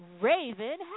Raven